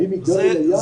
האם הגענו ליעד?